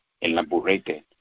elaborated